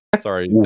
sorry